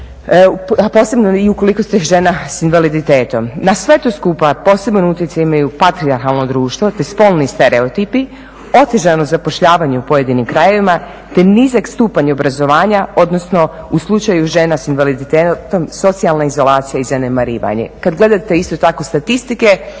posebno i ukoliko ste žena s invaliditetom. Na sve to skupa poseban utjecaj imaju patrijarhalno društvo te spolni stereotipi, otežano zapošljavanje u pojedinim krajevima te nizak stupanj obrazovanja, odnosno u slučaju žena s invaliditetom, socijalna izolacija i zanemarivanje. Kada gledate isto tako statistike,